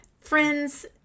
Friends